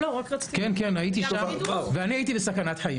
הייתי שם, והייתי בסכנת חיים.